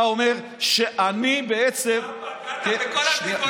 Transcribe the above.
אתה אומר שאני בעצם, אתה פגעת בכל הטבעונים עכשיו.